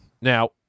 Now